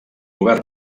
govern